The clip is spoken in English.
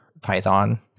Python